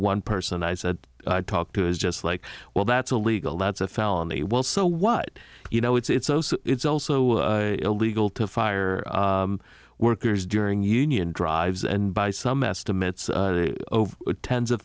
one person i said talk to is just like well that's illegal that's a felony well so what you know it's it's also illegal to fire workers during union drives and by some estimates over tens of